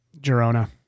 Girona